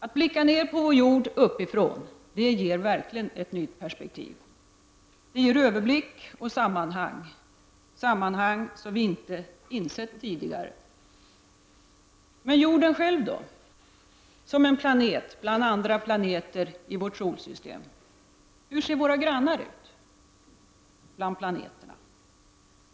Att blicka ner på vår jord uppifrån ger verkligen ett nytt perspektiv. Det ger en överblick och sammanhang — sammanhang som vi inte insett tidigare. Men jorden själv då som en planet bland flera andra i vårt solsystem? Hur ser våra grannar bland planeterna ut?